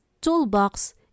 toolbox